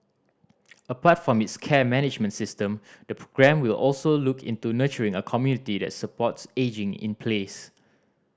apart from its care management system the programme will also look into nurturing a community that supports ageing in place